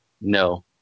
No